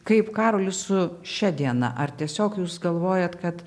kaip karolis su šia diena ar tiesiog jūs galvojat kad